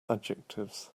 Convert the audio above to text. adjectives